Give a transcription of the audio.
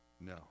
No